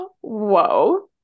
whoa